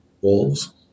wolves